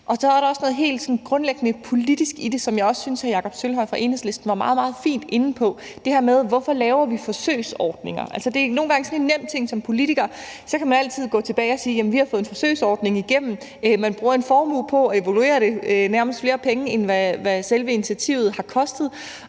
Der er også noget helt grundlæggende politisk i det, som jeg også synes hr. Jakob Sølvhøj fra Enhedslisten var meget, meget fint inde på, nemlig det her med, hvorfor vi laver forsøgsordninger. Det er nogle gange sådan en nem ting som politiker at ty til. Så kan man altid gå tilbage og sige: Jamen vi har fået en forsøgsordning igennem. Man bruger en formue på at evaluere det, nærmest flere penge, end hvad selve initiativet har kostet,